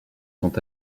sont